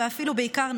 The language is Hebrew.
ואפילו בעיקר,